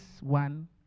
one